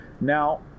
Now